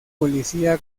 policía